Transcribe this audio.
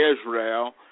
Israel